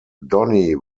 donnie